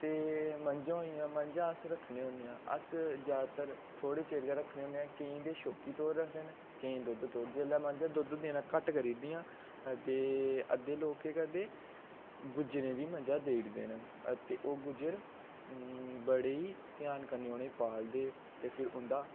ते मंजां होइयां ते मंजां अस रखने होने आं ते अस जादातर थोह्डे़ चिर गै रखने होने आं केईं ते शौकी तौर रखदे केईं दुद्ध ताहीं ते जेल्लै मंजां दुद्ध देना घट्ट करी दियां ते अद्धे लोक केह् करदे गुज्जरें दी मंजां देई उड़दे न ते ओह् गुज्जर ममम बड़ी ध्यान कन्नै उ'नें ई पालदे ते फिर उं'दा